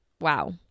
wow